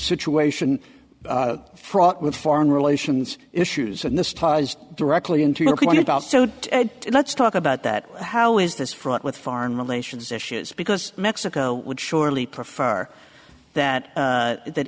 situation fraught with foreign relations issues and this ties directly into your point about so let's talk about that how is this fraught with foreign relations issues because mexico would surely prefer that that